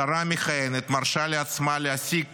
שרה מכהנת מרשה לעצמה להעסיק